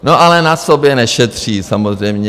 No ale na sobě nešetří samozřejmě.